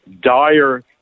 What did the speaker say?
dire